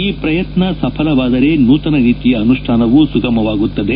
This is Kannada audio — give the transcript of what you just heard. ಈ ಪ್ರಯತ್ನ ಸಫಲವಾದರೆ ನೂತನ ನೀತಿಯ ಅನುಷ್ಠಾನವೂ ಸುಗಮವಾಗುತ್ತದೆ